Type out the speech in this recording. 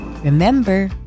Remember